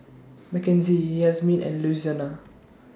Makenzie Yazmin and Louisiana